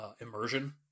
immersion